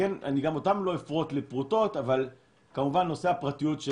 אני גם אותם לא אפרוט לפרוטות אבל כמובן שנושא שפרטיות,